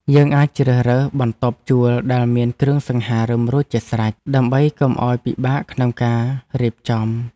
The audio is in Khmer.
យើងអាចជ្រើសរើសបន្ទប់ជួលដែលមានគ្រឿងសង្ហារិមរួចជាស្រេច ដើម្បីកុំឱ្យពិបាកក្នុងការរៀបចំ។